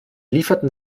lieferten